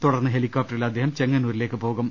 തുടർന്ന് ്ഹെലികോപ്ടറിൽ അദ്ദേഹം ചെങ്ങ ന്നൂരിലേക്ക് പോകും